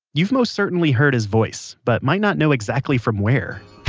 you've most certainly heard his voice, but might not know exactly from where